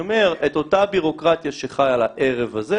צריך לראות איך מחילים את אותה בירוקרטיה שחלה ערב הרפורמה.